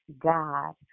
God